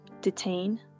detain